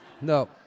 No